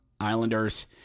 Islanders